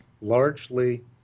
largely